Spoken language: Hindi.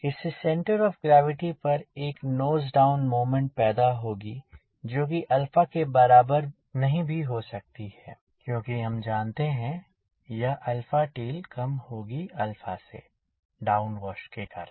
इससे सेंटर ऑफ़ ग्रैविटी पर एक नोज डाउन मोमेंट पैदा होगी जोकि के बराबर नहीं भी हो सकती है क्योंकि हम जानते हैं यह tail कम होगी से डाउनवाश के कारण